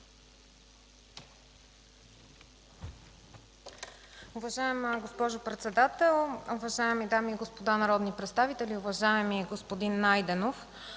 Уважаеми господин председател, уважаеми госпожи и господа народни представители, уважаеми господин